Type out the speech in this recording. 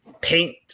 paint